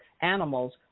animals